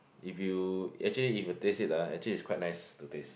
if you actually if you taste it lah actually is quite nice to taste